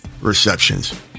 receptions